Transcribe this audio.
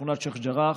בשכונת שייח' ג'ראח.